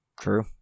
True